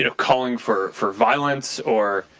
ah calling for for violence or